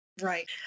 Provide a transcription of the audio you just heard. Right